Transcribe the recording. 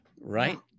Right